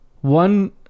one